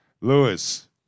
Lewis